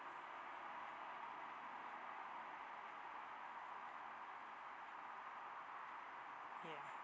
yes